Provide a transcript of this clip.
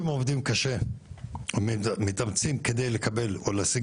שהם עובדים קשה ומתאמצים על מנת לקבל או להשיג